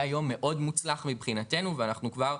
היה יום מאוד מוצלח מבחינתנו ואנחנו כבר,